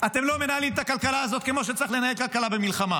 אתם לא מנהלים את הכלכלה כמו שצריך לנהל כלכלה במלחמה.